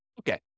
Okay